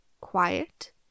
quiet